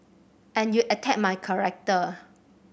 and you attack my character